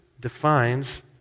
defines